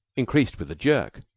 increased with a jerk.